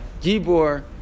Gibor